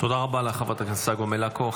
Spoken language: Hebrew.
תודה רבה לחברת הכנסת צגה מלקו.